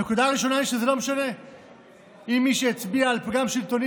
הנקודה הראשונה היא שזה לא משנה אם מי שהצביע על פגם שלטוני